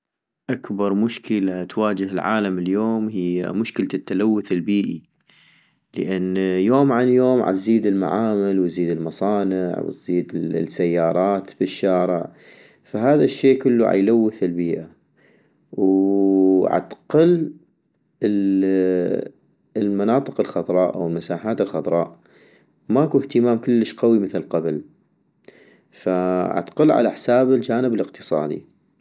اكبر مشكلة تواجه العالم اليوم هي مشكلة التلوث البيئي - لان يوم عن يوم عتزيد المعامل وتزيد المصانع وتزيد السيارات بالشارع فهذا الشي كلو عيلوث البيئة ، وووعتقل ال المناطق الخضراء اوالمساحات الخضراء ماكو اهتمام كلش قوي مثل قبل فعتقل على حساب الجانب الاقتصادي